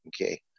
Okay